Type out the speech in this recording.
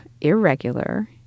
irregular